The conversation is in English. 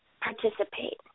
participate